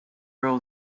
row